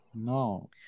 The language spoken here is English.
No